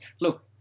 look